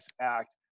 act